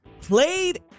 played